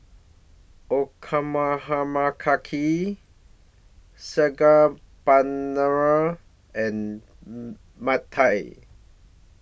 Okonomiyaki Saag Paneer and Pad Thai